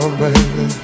baby